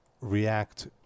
react